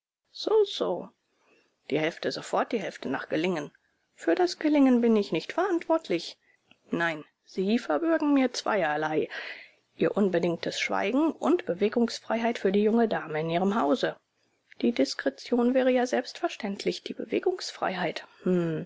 so so die hälfte sofort die hälfte nach gelingen für das gelingen bin ich nicht verantwortlich nein sie verbürgen mir zweierlei ihr unbedingtes schweigen und bewegungsfreiheit für die junge dame in ihrem hause die diskretion wäre ja selbstverständlich die